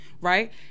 right